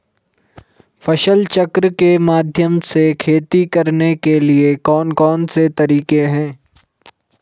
फसल चक्र के माध्यम से खेती करने के लिए कौन कौन से तरीके हैं?